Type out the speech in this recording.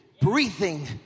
breathing